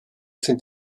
sind